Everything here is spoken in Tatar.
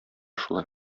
шулай